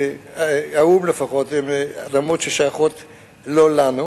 האו"ם לפחות הן אדמות שלא שייכות לנו,